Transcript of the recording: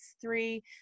three